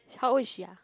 how old is she ah